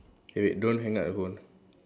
eh wait don't hang up your phone